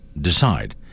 decide